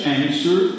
answer